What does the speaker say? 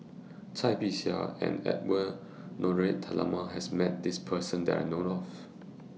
Cai Bixia and Edwy Lyonet Talma has Met This Person that I know of